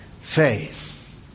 faith